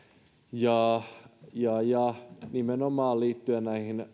ja ja nimenomaan liittyen